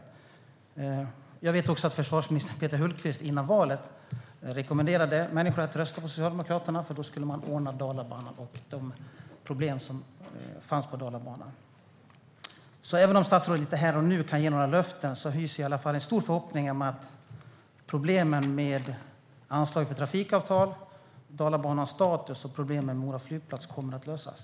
Före valet rekommenderade nuvarande försvarsminister Peter Hultqvist människor att rösta på Socialdemokraterna, för då skulle man ordna de problem som fanns på Dalabanan. Även om statsrådet inte kan ge några löften här och nu hyser jag en stor förhoppning om att problemen med anslaget för trafikavtal, Dalabanans status och Mora flygplats kommer att lösas.